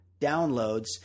downloads